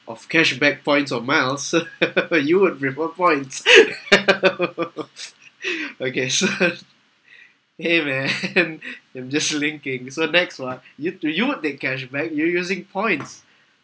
of cashback points or miles you would reward points okay so !hey! man I'm just linking so next one you to you they cashback you're using points